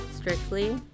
Strictly